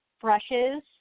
brushes